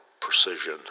precision